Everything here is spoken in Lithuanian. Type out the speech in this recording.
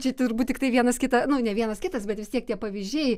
čia turbūt tiktai vienas kitą nu ne vienas kitas bet vis tiek tie pavyzdžiai